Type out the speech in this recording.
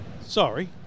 Sorry